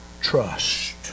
trust